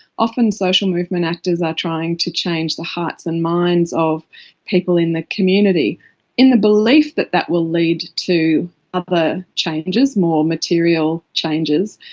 often social movement actors are trying to change the hearts and minds of people in the community in the belief that that will lead to ah other changes, more material changes,